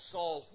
Saul